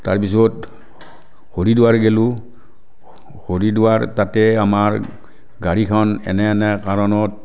তাৰপিছত হৰিদ্বাৰ গলোঁ হৰিদ্বাৰ তাতে আমাৰ গাড়ীখন এনে এনে কাৰণত